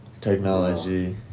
Technology